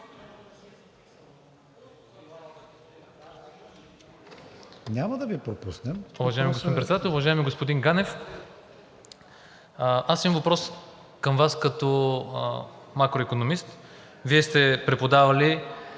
Няма да Ви пропуснем.